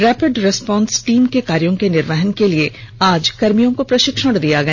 rapid response team के कार्यो के निर्वहन के लिए आज कर्मियों को प्रषिक्षण दिया गया